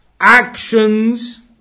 actions